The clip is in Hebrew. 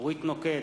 אורית נוקד,